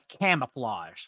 camouflage